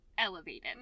elevated